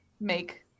make